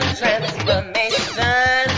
transformation